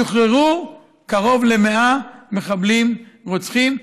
שוחררו קרוב ל-100 מחבלים רוצחים,